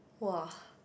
!wah!